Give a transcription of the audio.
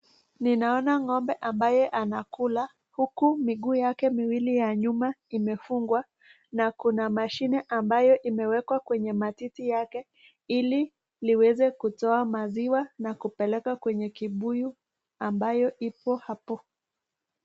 Ninaona ng'ombe ambayo anakula huku miguu yake miwili ya nyuma imefungwa na kuna mashini ambayo imewekwa kwenye matiti yake ili liweze kutoa maziwa na kupeleka kwenye kibuyu ambayo ipo hapo.